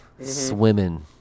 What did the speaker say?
swimming